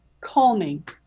calming